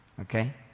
Okay